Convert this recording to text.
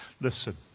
Listen